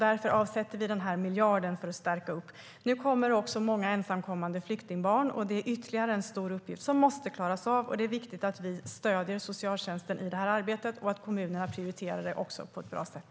Därför avsätter vi den här miljarden för att stärka upp. Nu kommer också många ensamkommande flyktingbarn. Det är ytterligare en stor uppgift som måste klaras av, och det är viktigt att vi stöder socialtjänsten i det arbetet och att kommunerna också prioriterar det på ett bra sätt.